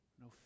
No